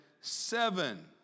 seven